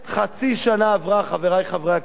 חצי שנה עברה, חברי חברי הכנסת.